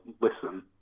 listen